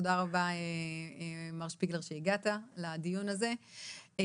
תודה רבה מר שפיגלר שהגעת לדיון הזה.